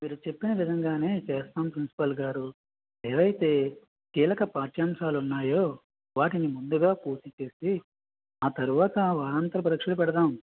మీరు చెప్పిన విధంగానే చేస్తాము ప్రిన్సిపాల్ గారు ఏవైతే కీలక పాఠ్యాంశాలు ఉన్నాయో వాటిని ముందుగా పూర్తి చేసి ఆ తరువాత వారాంతర పరీక్షలు పెడదాము